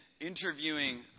interviewing